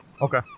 Okay